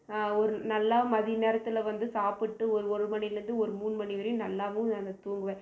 ஒரு நல்லா மதியநேரத்தில் வந்து சாப்பிட்டு ஒரு ஒரு மணிலேருந்து ஒரு மூணு மணி வரையும் நல்லாவும் நான் தூங்குவேன்